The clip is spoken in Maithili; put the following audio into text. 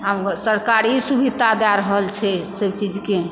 आब सरकार ई सुवित्ता दय रहल छै सभ चीज के